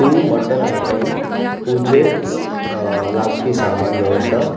तूं mutton item पुजेक लागपी सामान दवरता